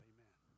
Amen